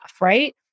right